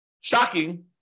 shocking